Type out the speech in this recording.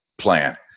plan